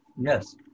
Yes